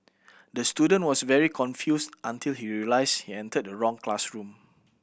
the student was very confused until he realised he entered the wrong classroom